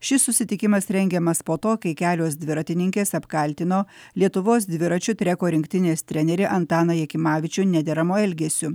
šis susitikimas rengiamas po to kai kelios dviratininkės apkaltino lietuvos dviračių treko rinktinės trenerį antaną jakimavičių nederamu elgesiu